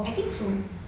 I think so